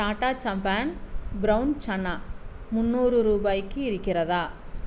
Tata Sampann brown chana முந்நூறு ரூபாய்க்கு இருக்கிறதா